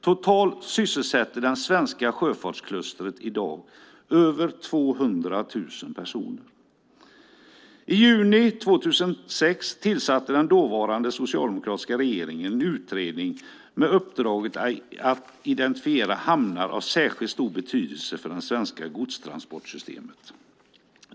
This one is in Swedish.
Totalt sysselsätter det svenska sjöfartsklustret i dag över 200 000 personer. I juni 2006 tillsatte den dåvarande socialdemokratiska regeringen en utredning med uppdraget att identifiera hamnar av särskilt stor betydelse för det svenska godstransportsystemet.